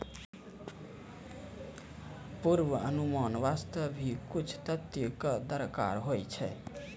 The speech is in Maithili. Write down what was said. पुर्वानुमान वास्ते भी कुछ तथ्य कॅ दरकार होय छै